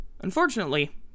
Unfortunately